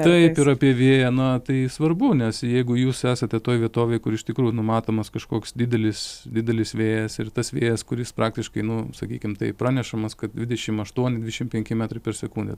taip ir apie vėją na tai svarbu nes jeigu jūs esate toj vietovėj kur iš tikrųjų numatomas kažkoks didelis didelis vėjas ir tas vėjas kuris praktiškai nu sakykim taip pranešamas kad dvidešim aštuoni dvidešim penki metrai per sekundę